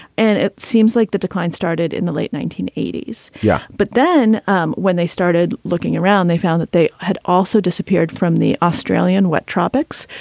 and it seems like the decline started in the late nineteen eighty s. yeah. but then um when they started looking around, they found that they had also disappeared disappeared from the australian wet tropics,